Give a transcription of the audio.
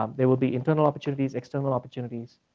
um there will be internal opportunities, external opportunities,